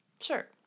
Sure